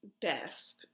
desk